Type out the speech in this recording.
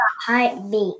heartbeat